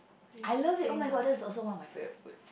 I love it oh-my-god that's also one of my favourite food